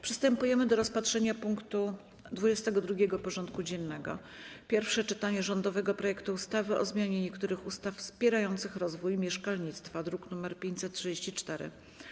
Przystępujemy do rozpatrzenia punktu 22. porządku dziennego: Pierwsze czytanie rządowego projektu ustawy o zmianie niektórych ustaw wspierających rozwój mieszkalnictwa (druk nr 534)